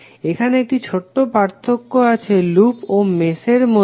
এখানে একটি ছোট্ট পার্থক্য আছে লুপ ও মেশ এর মধ্যে